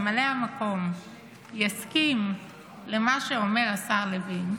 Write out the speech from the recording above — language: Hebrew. ממלא המקום יסכים למה שאומר השר לוין,